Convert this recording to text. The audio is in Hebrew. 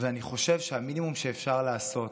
ואני חושב שהמינימום שאפשר לעשות,